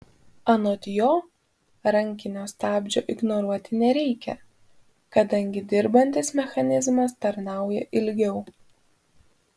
anot jo rankinio stabdžio ignoruoti nereikia kadangi dirbantis mechanizmas tarnauja ilgiau